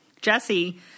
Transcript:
jesse